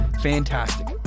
fantastic